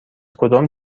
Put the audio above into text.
کدام